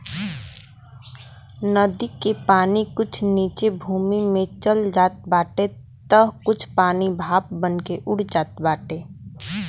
नदी के पानी कुछ नीचे भूमि में चल जात बाटे तअ कुछ पानी भाप बनके उड़ जात बाटे